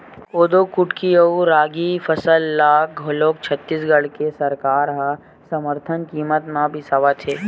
कोदो कुटकी अउ रागी के फसल ल घलोक छत्तीसगढ़ के सरकार ह समरथन कीमत म बिसावत हे